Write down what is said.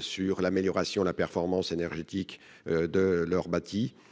sur l'amélioration de la performance énergétique de leurs bâti